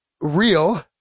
real